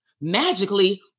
Magically